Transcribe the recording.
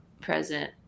present